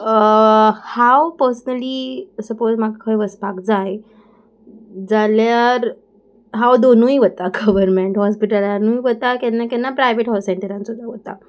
हांव personally suppose म्हाका खंय वसपाक जाय जाल्यार हांव दोनूय वता गव्हरमेंट हॉस्पिटलानूय वता केन्ना केन्ना प्रायवेट हॉट सेंटरान सुद्दां वता